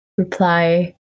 reply